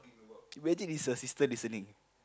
imagine is your sister listening